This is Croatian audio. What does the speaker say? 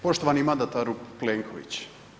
Poštovani mandataru Plenković.